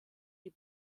die